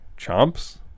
Chomps